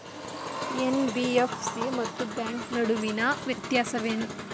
NBFC ಮತ್ತು bank ನಡುವಿನ ವ್ಯತ್ಯಾಸವೇನು?